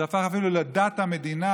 זה הפך אפילו לדת המדינה,